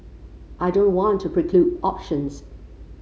I don't want to preclude options